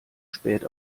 spät